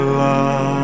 love